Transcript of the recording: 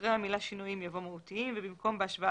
אחרי המילה "שינוים" יבוא "מהותיים" ובמקום "בהשוואה